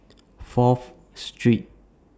Fourth Street